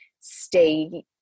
stay